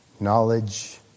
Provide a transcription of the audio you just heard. knowledge